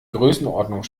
größenordnung